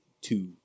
two